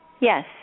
yes